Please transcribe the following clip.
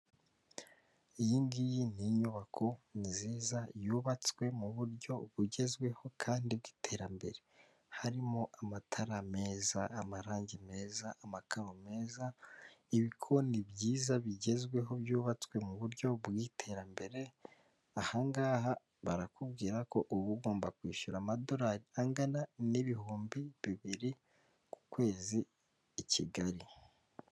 Iyi ngiyi ni inyubako ni nziza yubatswe mu buryo bugezweho kandi bw'iterambere harimo amatara meza amarangi meza amakamyo meza ibikoni byiza bigezweho byubatswe mu buryo bwiterambere ahangaha barakubwira ko uba ugomba kwishyura amadolari angana n'ibihumbi bibiri ku kwezi I Kigali .